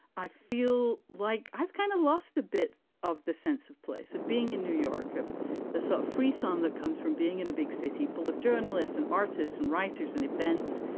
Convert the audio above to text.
i feel like i've kind of lost a bit of the sense of place of being in new york, of the sort of frisson that comes from being in a big city full of journalists and artists and writers and events.